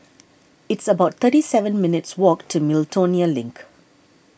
it's about thirty seven minutes' walk to Miltonia Link